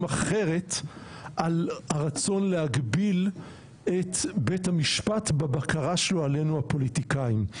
אחרת על הרצון להגביל את בית המשפט בבקרה שלו עלינו הפוליטיקאים.